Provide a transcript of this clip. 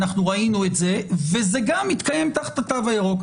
אנחנו ראינו את זה וזה גם מתקיים תחת התו הירוק.